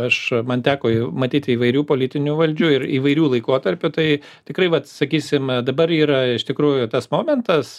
aš man teko matyti įvairių politinių valdžių ir įvairių laikotarpių tai tikrai vat sakysime dabar yra iš tikrųjų tas momentas